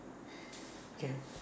can